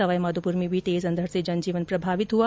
सवाईमाधोपुर में भी तेज अंधड़ से जनजीवन प्रभावित हुआ